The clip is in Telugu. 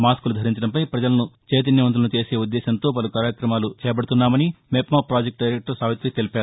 మాస్క్లు ధరించడంపై ప్రజలను చైతన్యవంతులను చేసే ఉద్దేశ్యంతో పలు కార్యక్రమాలు చేపడుతున్నామని మెప్మా పాజెక్టు డైరెక్టర్ సావిఁతి తెలిపారు